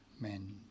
men